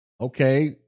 Okay